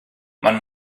man